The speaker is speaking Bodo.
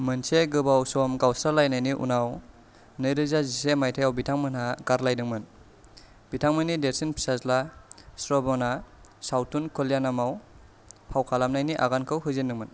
मोनसे गोबाव सम गावस्रालायनायनि उनाव नैरोजा जिसे मायथायाव बिथांमोनहा गारलायदोंमोन बिथांमोन्नि देरसिन फिसाज्ला श्रवणआ सावथुन कल्याणमआव फाव खालामनायनि आगानखौ होजेनदोंमोन